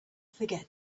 forget